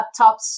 laptops